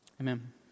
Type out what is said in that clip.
Amen